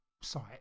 site